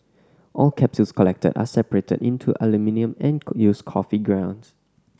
all capsules collected are separated into aluminium and used coffee grounds